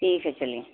ٹھیک ہے چلیے